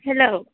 hello